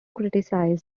criticised